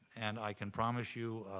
and i can promise you,